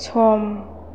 सम